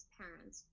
parents